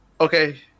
Okay